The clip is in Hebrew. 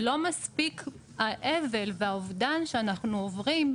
ולא מספיק האבל והאובדן שאנחנו עוברים,